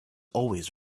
always